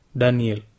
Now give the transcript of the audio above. daniel